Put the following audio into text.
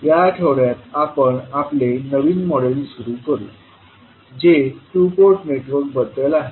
या आठवड्यात आपण आपले नवीन मॉड्यूल सुरू करू जे टू पोर्ट नेटवर्क बद्दल आहे